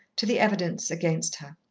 to the evidence against her.